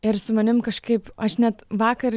ir su manim kažkaip aš net vakar